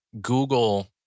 Google